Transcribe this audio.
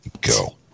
go